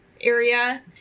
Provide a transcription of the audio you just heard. area